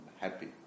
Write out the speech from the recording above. happy